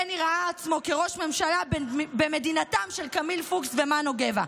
בני ראה עצמו כראש ממשלה במדינתם של קמיל פוקס ומנו גבע.